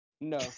No